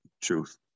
truth